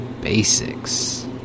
basics